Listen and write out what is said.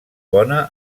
bona